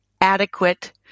adequate